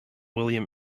william